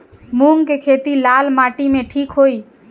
मूंग के खेती लाल माटी मे ठिक होई?